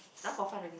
that one for fun only